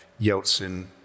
Yeltsin